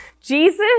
Jesus